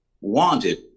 wanted